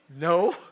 No